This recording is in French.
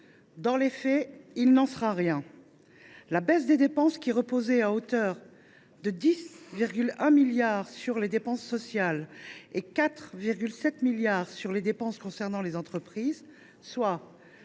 Dans les faits, il n’en sera rien. La baisse des dépenses, qui reposait à hauteur de 10,1 milliards d’euros sur les dépenses sociales et de 4,7 milliards d’euros sur les dépenses concernant les entreprises, soit